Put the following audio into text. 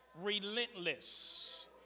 Relentless